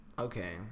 Okay